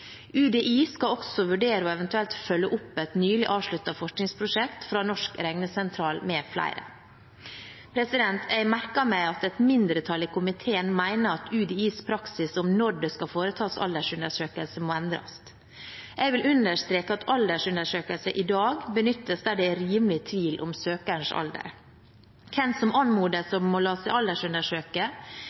UDI skal også vurdere og eventuelt følge opp et nylig avsluttet forskningsprosjekt fra Norsk Regnesentral mfl. Jeg har merket meg at et mindretall i komiteen mener at UDIs praksis om når det skal foretas aldersundersøkelse, må endres. Jeg vil understreke at aldersundersøkelse i dag benyttes der det er rimelig tvil om søkerens alder. Hvem som anmodes om å la seg